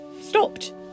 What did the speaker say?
stopped